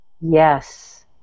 Yes